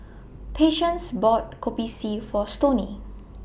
Patience bought Kopi C For Stoney